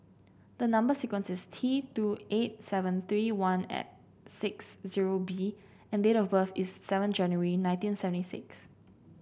the number sequence is T two eight seven three one six zero B and date of birth is seven January nineteen seventy six